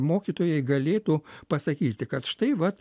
mokytojai galėtų pasakyti kad štai vat